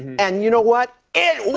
and you know what? it